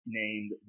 named